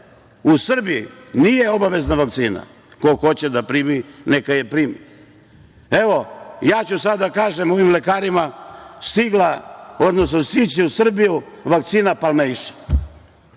U Srbiji nije obavezna vakcina. Ko hoće da primi, neka je primi. Sada ću da kažem ovim lekarima da je stigla, odnosno stići će u Srbiju vakcina palmeiša,